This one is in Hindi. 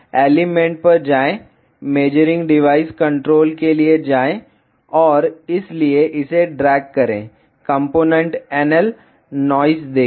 एलिमेंट पर जाएं मेजरिंग डिवाइस कंट्रोल के लिए जाएं और इसलिए इसे ड्रैग करें कॉम्पोनेंट NL नॉइस देखें